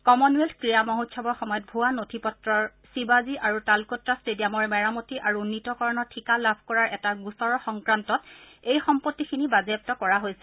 Commonwealth ক্ৰীড়া মহোৎসৱৰ সময়ত ভুৱা নথি পত্ৰৰ শিৱাজী আৰু টালকোটা ট্টেডিয়ামৰ মেৰামতি আৰু উন্নীতকৰণৰ ঠিকা লাভৰ এটা গোচৰৰ সংক্ৰান্তত এই সম্পত্তিখিনি বাজেয়াপ্ত কৰা হৈছে